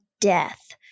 death